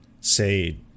say